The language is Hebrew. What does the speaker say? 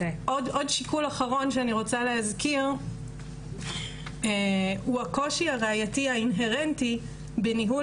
עוד שיקול אחרון שאני רוצה להזכיר הוא הקושי הראייתי האינהרנטי בניהול